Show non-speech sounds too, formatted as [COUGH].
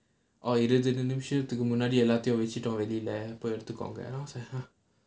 [LAUGHS] முன்னாடி எல்லாத்தையும் அழிச்சிட்டான் வெளில போய் எடுத்துக்கோங்க:munnaadi ellaathaiyum azhichitaan velila poyi eduthukonga I was like !huh!